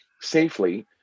safely